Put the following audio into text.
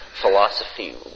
philosophy